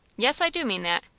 yes, i do mean that.